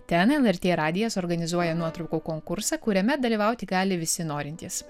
ten lrt radijas organizuoja nuotraukų konkursą kuriame dalyvauti gali visi norintys